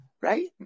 Right